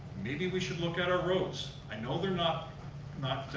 maybe we should look at our roads. i know they're not not